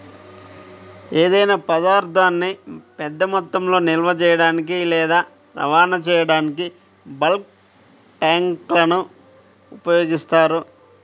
ఏదైనా పదార్థాన్ని పెద్ద మొత్తంలో నిల్వ చేయడానికి లేదా రవాణా చేయడానికి బల్క్ ట్యాంక్లను ఉపయోగిస్తారు